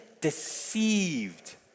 deceived